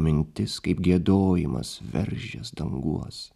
mintis kaip giedojimas veržias danguos